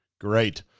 Great